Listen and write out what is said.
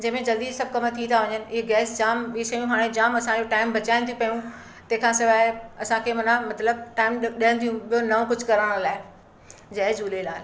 जंहिंमें जल्दी सभु कम थी था वञनि इहे गैस जाम ॿी शयूं हाणे जाम असांजो टाइम बचायुनि थी पियूं तंहिंखां सवाइ असांखे माना मतिलबु टाइम ड ॾियनि थियूं ॿियो नओं कुछ करण लाइ जय झूलेलाल